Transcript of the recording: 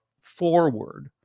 forward